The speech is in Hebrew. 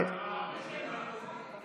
אבל הם לא הביאו רשימה.